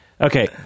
Okay